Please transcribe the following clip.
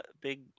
big